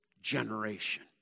generation